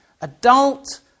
adult